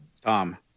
Tom